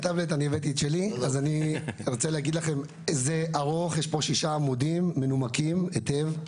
יש פה ששה עמודים מנומקים היטב.